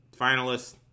finalists